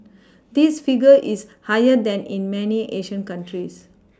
this figure is higher than in many Asian countries